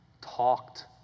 talked